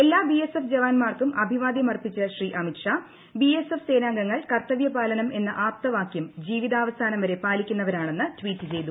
എല്ലാ BSF ജവാൻമാർക്കും അഭിവാദ്യമർപ്പിച്ച Shri Amit Shah BSF സേനാംഗങ്ങൾ കർത്തവ്യ പാലനം എന്ന ആപ്തവാക്യം ജീവിതാവസാനം വരെ പാലിക്കുന്നവരാണെന്ന് ട്വീറ്റ് ചെയ്തു